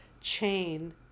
chain